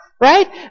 right